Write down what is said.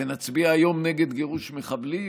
נצביע היום נגד גירוש מחבלים